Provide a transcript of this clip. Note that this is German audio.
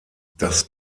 das